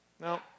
No